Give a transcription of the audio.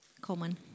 common